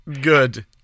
Good